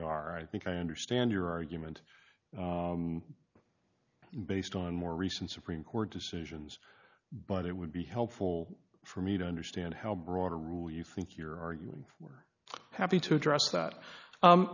are i think i understand your argument based on more recent supreme court decisions but it would be helpful for me to understand how broad a rule you think you're arguing for happy to address that